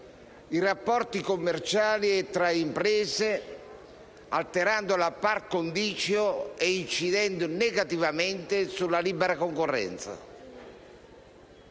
i rapporti commerciali tra imprese, alterando la *par condicio* ed incidendo negativamente sulla libera concorrenza.